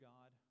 God